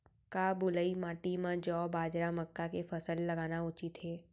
का बलुई माटी म जौ, बाजरा, मक्का के फसल लगाना उचित हे?